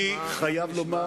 אני חייב לומר